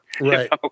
right